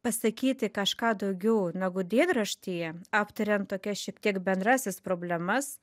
pasakyti kažką daugiau negu dienraštyje aptariant tokias šiek tiek bendrąsias problemas